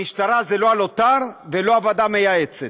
המשטרה, זה לא הלוט"ר ולא הוועדה המייעצת.